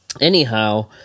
Anyhow